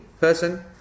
person